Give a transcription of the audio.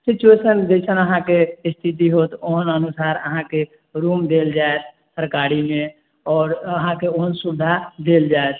किछु वइसन जइसन अहाँके स्थिति होयत ओहन अनुसार अहाँके रूम देल जाएत सरकारी मे और अहाँकेॅं ओहन सुविधा देल जायत